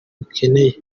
bikenewe